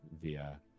via